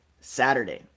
Saturday